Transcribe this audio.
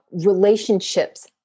relationships